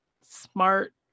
smart